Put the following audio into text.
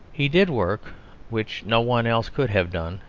he did work which no one else could have done,